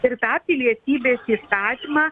ir tą pilietybės įstatymą